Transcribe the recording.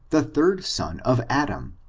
the third son of adam,